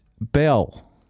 Bell